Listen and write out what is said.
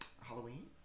Halloween